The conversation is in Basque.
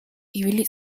ibili